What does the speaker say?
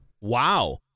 Wow